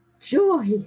joy